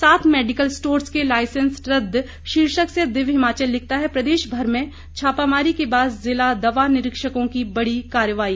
सात medical stores के licence रद्द शीर्षक से दिव्य हिमाचल लिखता है प्रदेश भर में छापामारी के बाद जिला दवा निरीक्षकों की बड़ी कार्रवाई